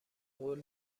قول